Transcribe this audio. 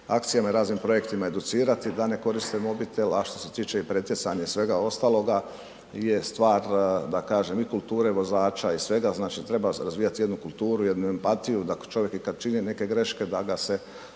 akcijama i raznim projektima educirati da ne koriste mobitel a što se tiče i pretjecanja i svega ostaloga je stvar da kažem i kulture vozača i svega, znači treba razvijati jednu kulturu, jednu empatiju da ako čovjek i kad čini neke greške da ga se